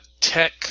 Tech